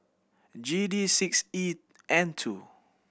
G D six E N two